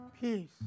Peace